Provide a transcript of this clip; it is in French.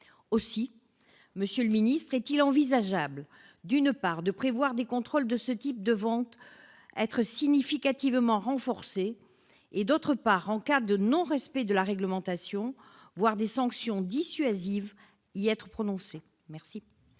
Aussi, monsieur le ministre, est-il envisageable, d'une part, de voir les contrôles de ce type de ventes significativement renforcés et, d'autre part, en cas de non-respect de la réglementation, de voir des sanctions dissuasives prononcées ?